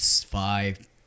five